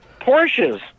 Porsches